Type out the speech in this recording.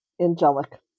angelic